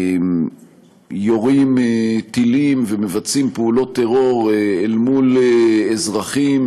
יורים טילים ומבצעים פעולות טרור אל מול אזרחים,